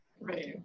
Right